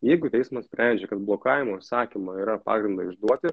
jeigu teismas sprendžia kad blokavimo įsakymą yra pagrindo išduoti